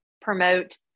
promote